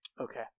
Okay